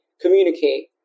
Communicate